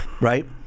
right